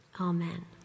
Amen